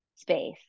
space